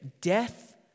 death